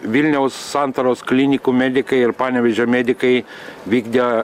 vilniaus santaros klinikų medikai ir panevėžio medikai vykdė